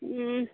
ও